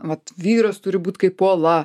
vat vyras turi būt kaip uola